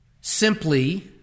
simply